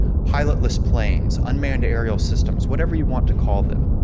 pilotless planes. unmanned aerial systems. whatever you want to call them.